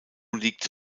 liegt